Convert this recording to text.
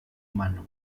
mano